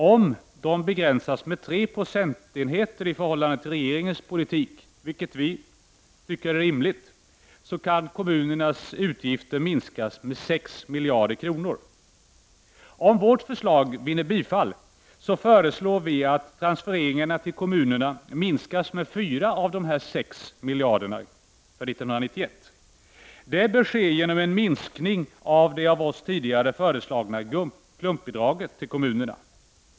Om de begränsas med 3 procentenheter i förhållande till regeringens politik, vilket vi tycker är rimligt, kan kommunernas utgifter minskas med 6 miljarder kronor. Om vårt förslag vinner bifall föreslår vi att transfereringarna till kommunerna minskas med 4 av de 6 miljarderna för 1991. Detta bör ske genom en minskning av det av oss tidigare föreslagna klumpbidraget till kommunerna.